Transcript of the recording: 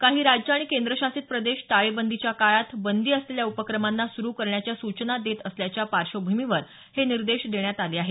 काही राज्य आणि केंद्रशासित प्रदेश टाळेबंदीच्या काळात बंदी असलेल्या उपक्रमांना सुरू करण्याच्या सूचना देत असल्याच्या पार्श्वभूमीवर हे निर्देश देण्यात आले आहेत